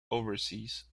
overseas